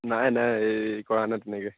নাই নাই এই কৰা নাই তেনেকৈ